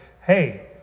Hey